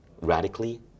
radically